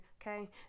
okay